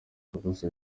ferguson